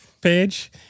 page